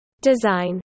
Design